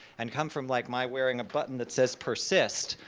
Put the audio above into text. and come from like my wearing a button that says persist,